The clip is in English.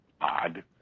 odd